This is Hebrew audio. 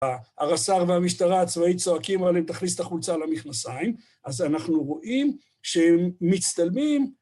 הרס"ר והמשטרה הצבאית צועקים עליהם, תכניס את החולצה למכנסיים, אז אנחנו רואים שהם מצטלמים